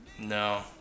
No